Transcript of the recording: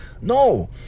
No